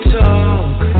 talk